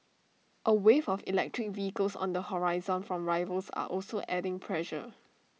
A wave of electric vehicles on the horizon from rivals are also adding pressure